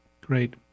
Great